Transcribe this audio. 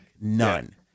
None